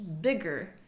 bigger